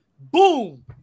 Boom